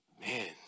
man